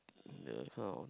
the kind of